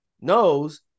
knows